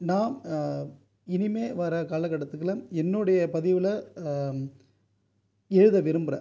நாம் இனிமேல் வர காலக்கட்டத்தில் என்னுடைய பதிவில் எழுத விரும்புகிறேன்